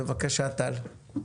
בבקשה טל.